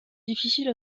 difficile